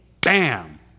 bam